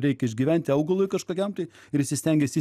reikia išgyventi augalui kažkokiam tai ir jisai stengiasi